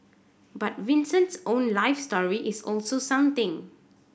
but Vincent's own life story is also something